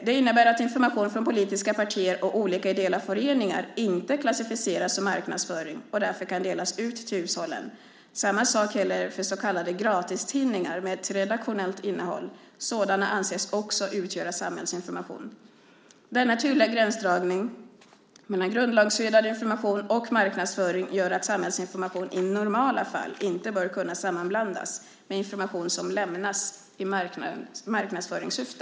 Det innebär att information från politiska partier och olika ideella föreningar inte klassificeras som marknadsföring och därför kan delas ut till hushållen. Samma sak gäller för så kallade gratistidningar med ett redaktionellt innehåll - sådana anses också utgöra samhällsinformation. Denna tydliga gränsdragning mellan grundlagsskyddad information och marknadsföring gör att samhällsinformation i normala fall inte bör kunna sammanblandas med information som lämnas i marknadsföringssyfte.